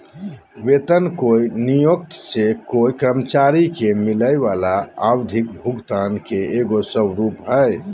वेतन कोय नियोक्त से कोय कर्मचारी के मिलय वला आवधिक भुगतान के एगो स्वरूप हइ